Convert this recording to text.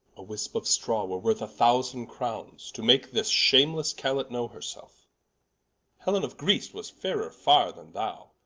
a wispe of straw were worth a thousand crowns, to make this shamelesse callet know her selfe helen of greece was fayrer farre then thou,